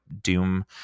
Doom